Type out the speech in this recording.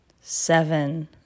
seven